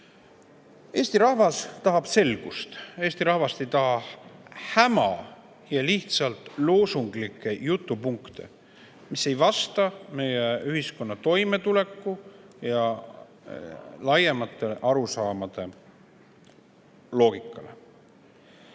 Eesti rahvas tahab selgust. Eesti rahvas ei taha häma ja lihtsalt loosunglikke jutupunkte, mis ei vasta meie ühiskonna toimetuleku ja laiemate arusaamade loogikale.